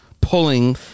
pulling